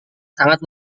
sangat